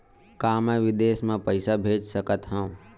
का मैं विदेश म पईसा भेज सकत हव?